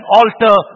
altar